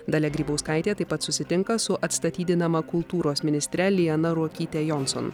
dalia grybauskaitė taip pat susitinka su atstatydinama kultūros ministre liana ruokyte johnson